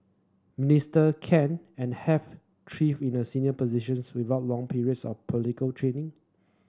minister can and have thrived in a senior positions without long periods of political training